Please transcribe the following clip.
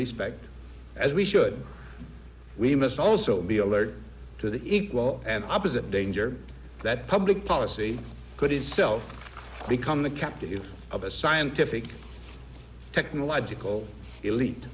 respect as we should we must also be alert to the equal and opposite danger that public policy could itself become the captive use of a scientific technological elite